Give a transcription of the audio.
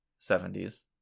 70s